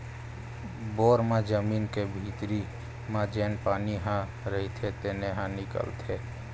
bore म जमीन के भीतरी म जेन पानी ह रईथे तेने ह निकलथे